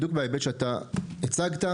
בדיוק בהיבט שאתה הצגת,